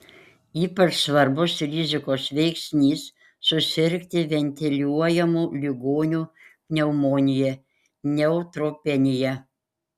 ypač svarbus rizikos veiksnys susirgti ventiliuojamų ligonių pneumonija neutropenija